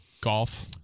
golf